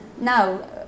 now